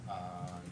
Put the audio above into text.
הנפגע צריך להגיש?